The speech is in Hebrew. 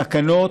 תקנות,